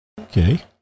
Okay